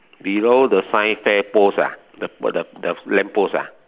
below the science fair post lah the the lamp post lah